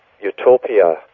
utopia